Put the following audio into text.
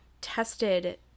tested